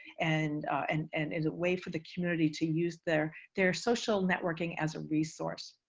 and and and as a way for the community to use their their social networking as a resource.